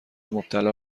مبتلا